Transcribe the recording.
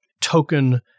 token